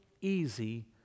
easy